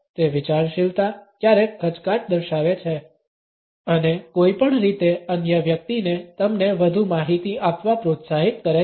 તે વિચારશીલતા ક્યારેક ખચકાટ દર્શાવે છે અને કોઈપણ રીતે અન્ય વ્યક્તિને તમને વધુ માહિતી આપવા પ્રોત્સાહિત કરે છે